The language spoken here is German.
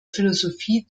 philosophie